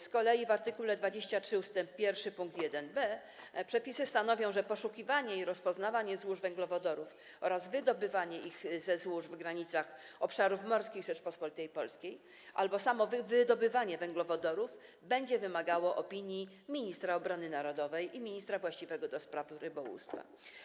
Z kolei w art. 23 ust. 1 pkt 1b przepisy stanowią, że poszukiwanie i rozpoznawanie złóż węglowodorów oraz wydobywanie ich ze złóż w granicach obszarów morskich Rzeczypospolitej Polskiej albo samo wydobywanie węglowodorów będzie wymagało opinii ministra obrony narodowej i ministra właściwego do spraw rybołówstwa.